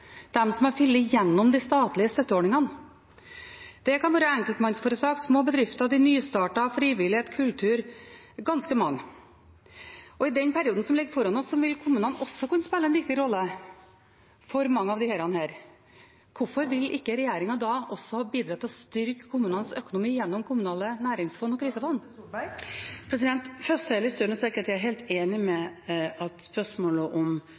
som har falt igjennom de statlige støtteordningene. Det kan være enkeltpersonforetak, små og nystartede bedrifter, frivillighet, kultur – ganske mange. I den perioden som ligger foran oss, vil kommunene også kunne spille en viktig rolle for mange av disse. Hvorfor vil ikke regjeringen da også bidra til å styrke kommunenes økonomi gjennom kommunale næringsfond og kriselån? Først har jeg lyst til å understreke at jeg er helt enig i at spørsmålet om